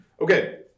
Okay